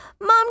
Mom